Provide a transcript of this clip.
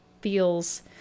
feels